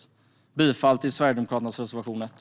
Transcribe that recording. Jag yrkar bifall till Sverigedemokraternas reservation 1.